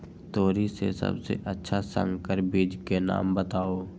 तोरी के सबसे अच्छा संकर बीज के नाम बताऊ?